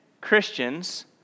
Christians